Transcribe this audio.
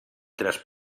tres